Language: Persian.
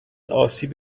آسیب